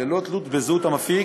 ללא תלות בזהות המפיק